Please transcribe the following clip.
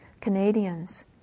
Canadians